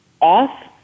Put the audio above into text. off